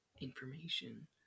information